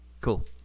Cool